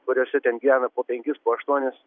kuriuose ten gyvena po penkis po aštuonis